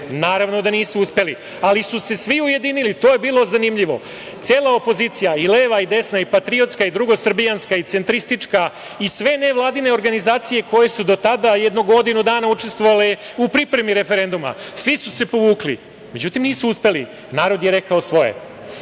Naravno, da nisu uspeli, ali su se svi ujedinili, to je bilo zanimljivo, cela opozicija i leva i desna, i patriotska, i drugosrbijanska, i centristička, i sve nevladine organizacije koje su do tada, jedno godinu dana učestvovale u pripremi referenduma. Svi su se povukli, međutim nisu uspeli, narod je rekao svoje. Inače,